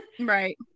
right